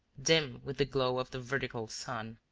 dim with the glow of the vertical sun.